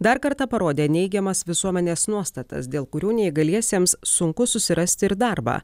dar kartą parodė neigiamas visuomenės nuostatas dėl kurių neįgaliesiems sunku susirasti ir darbą